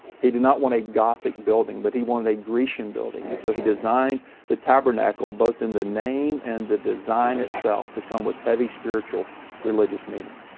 he did not want a gothic building but he wanted a grecian building, and so he designed the tabernacle both in the name, and the design itself to come with heavy spiritual religious meaning.